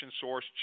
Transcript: source